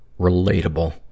relatable